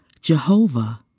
Jehovah